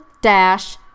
dash